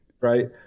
right